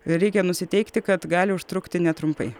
reikia nusiteikti kad gali užtrukti netrumpai